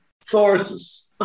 sources